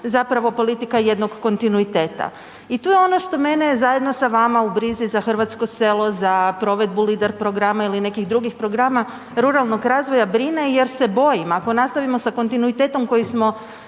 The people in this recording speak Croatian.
zapravo politika jednog kontinuiteta. I tu je ono što mene zajedno sa vama u brizi za hrvatsko selo, za provedbu Lider programa ili nekih drugih programa ruralnog razvoja brine jer se bojim ako nastavimo s kontinuitetom koji smo